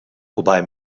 wobei